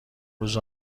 روز